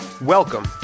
Welcome